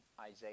Isaiah